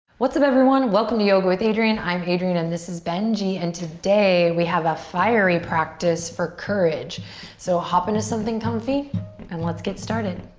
what's up everyone? welcome to yoga with adriene. i'm adriene and this is benji and today we have a fiery practice for courage so hop into something comfy and let's get started.